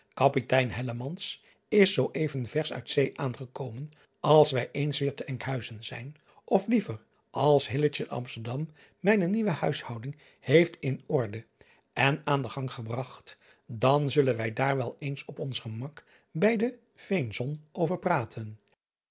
apitein is zoo even versch uit zee aangekomen als wij eens weêr te nkhuizen zijn of liever als te msterdam mijne nieuwe huishouding heeft in orde en aan den gang gebragt dan zullen wij daar wel eens op ons gemak bij de veenzon over praten